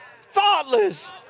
thoughtless